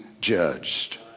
judged